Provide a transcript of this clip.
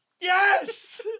Yes